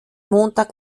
montag